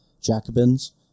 Jacobins